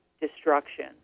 destruction